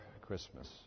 Christmas